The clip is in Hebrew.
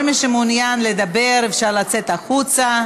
כל מי שמעוניין לדבר, אפשר לצאת החוצה.